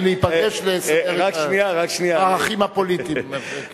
האחים הפוליטיים,